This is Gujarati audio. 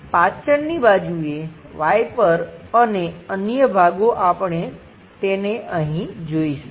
પાછળની બાજુએ વાઈપર અને અન્ય ભાગો આપણે તેને અહીં જોઈશું